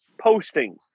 posting